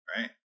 Right